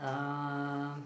uh